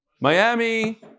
Miami